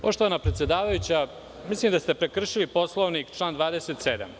Poštovana predsedavajuća, mislim da ste prekršili Poslovnik i član 27.